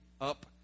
up